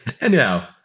Anyhow